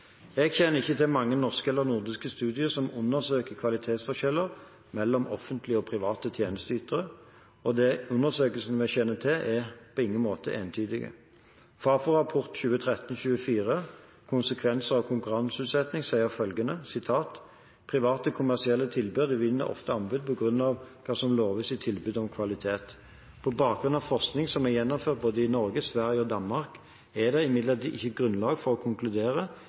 Jeg kjenner ikke til mange norske eller nordiske studier som undersøker kvalitetsforskjeller mellom offentlige og private tjenesteytere, og de undersøkelsene vi kjenner til, er på ingen måte entydige. FAFO-rapport 2013:24 Konsekvenser av konkurranseutsetting sier følgende: «Private kommersielle tilbydere vinner ofte anbud på grunn av hva som loves i tilbudet om kvalitet. På bakgrunn av forskning som er gjennomført både i Norge, Sverige og Danmark, er det imidlertid ikke grunnlag for å konkludere